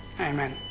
amen